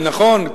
אל-נכון,